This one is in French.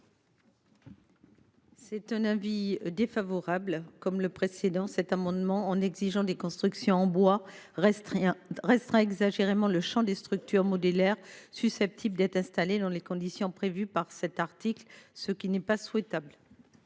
cet amendement qui, comme le précédent, tend, en exigeant des constructions en bois, à restreindre exagérément le champ des structures modulaires susceptibles d’être installées dans les conditions prévues à l’article 3, ce qui n’est pas souhaitable.